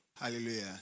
Hallelujah